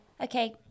Okay